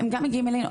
הם גם מגיעים אלינו.